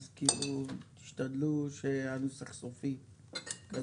אז תשתדלו שהנוסח סופי.